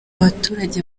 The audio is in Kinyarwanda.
abaturage